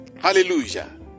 Hallelujah